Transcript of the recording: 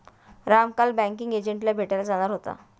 राम काल बँकिंग एजंटला भेटायला जाणार होता